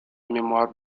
mémoire